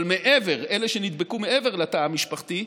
אלה שנדבקו מעבר לתא המשפחתי,